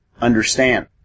understand